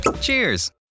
Cheers